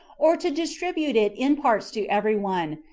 or to distribute it in parts to every one,